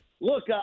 look